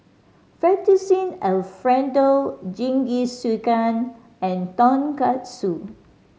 Fettuccine Alfredo Jingisukan and Tonkatsu